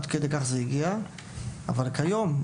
כיום,